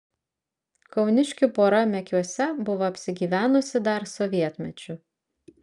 kauniškių pora mekiuose buvo apsigyvenusi dar sovietmečiu